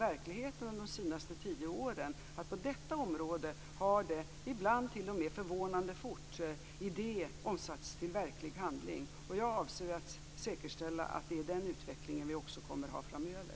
Verkligheten under de senaste tio åren visar väl tvärtom på att idé, ibland t.o.m. förvånande fort, har omsatts till verklig handling på detta område. Jag avser att säkerställa att det är den utvecklingen vi också kommer att ha framöver.